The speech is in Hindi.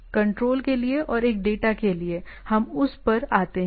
इसलिए एक कंट्रोल के लिए और एक डेटा के लिए हम उस पर आते हैं